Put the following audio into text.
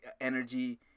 energy